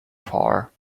far